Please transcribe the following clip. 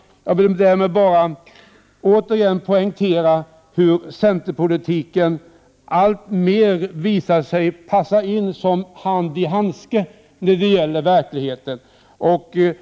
Jag vill med detta bara återigen poängtera hur centerpolitiken alltmer visar sig passa som hand i handske i verklighetens värld.